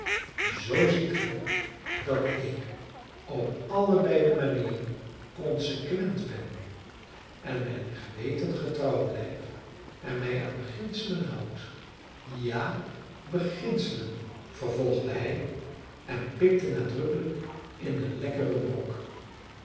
zoo ziet ge dat ik op allebeide manieren consequent ben en mijn geweten getrouw blijf en mij aan beginselen houd ja beginselen vervolgde hij en pikte nadrukkelijk in een lekkeren brok